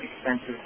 expensive